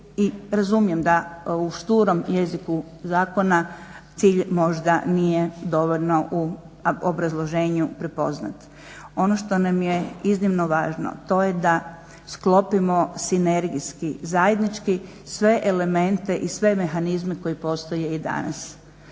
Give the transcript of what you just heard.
razumijem da u šturom jeziku zakona cilj možda nije dovoljno u obrazloženju prepoznat. Ono što nam je iznimno važno, to je da sklopimo sinergijski, zajednički sve elemente i sve mehanizme koji postoje i danas.